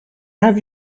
have